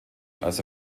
also